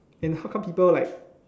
and how come people like